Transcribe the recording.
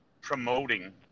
promoting